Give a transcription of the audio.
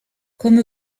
comme